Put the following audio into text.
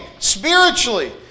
spiritually